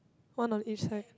one on each side